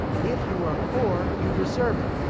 if you are poor you deserve it!